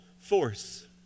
force